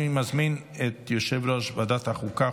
אני מזמין את יושב-ראש ועדת החוקה,